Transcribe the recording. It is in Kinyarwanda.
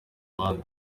abandi